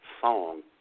song